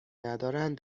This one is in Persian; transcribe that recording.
ندارند